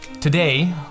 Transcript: Today